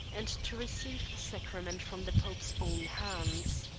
and to receive the sacrament from the pope's own hands.